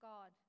God